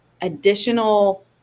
additional